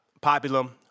Populum